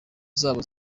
zabo